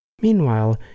Meanwhile